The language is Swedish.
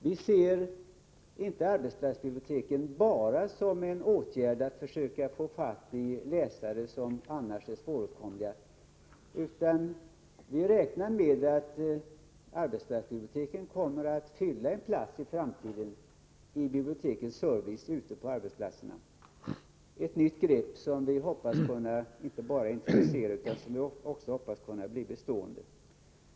Vi ser inte arbetsplatsbiblioteken bara som en åtgärd att försöka få fatt i läsare som annars är svåråtkomliga, utan vi räknar med att arbetsplatsbiblioteken kommer att fylla en plats i framtiden när det gäller bibliotekens service ute på arbetsplatserna. Det är ett nytt grepp, som vi hoppas skall inte bara kunna intressera tillfälligt utan också bli en bestående verksamhet.